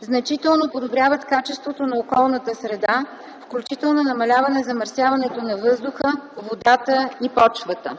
значително подобряват качеството на околната среда, включително намаляване замърсяването на въздуха, водата и почвата.